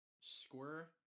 Square